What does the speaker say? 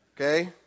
Okay